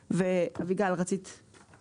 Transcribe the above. ואביגל רצית כאן להעיר?